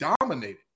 dominated